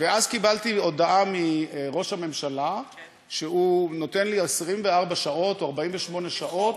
אז קיבלתי הודעה מראש הממשלה שהוא נותן לי 24 שעות או 48 שעות,